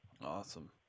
Awesome